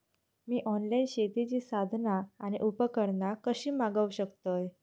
मी online शेतीची साधना आणि उपकरणा कशी मागव शकतय?